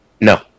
No